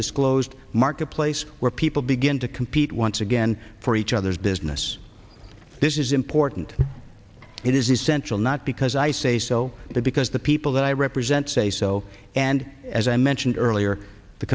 disclosed marketplace where people begin to compete once again for each other's business this is important it is essential not because i say so that because the people that i represent say so and as i mentioned earlier the